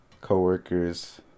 coworkers